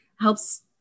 helps